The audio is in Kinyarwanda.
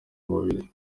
mubiri